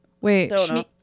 Wait